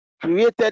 created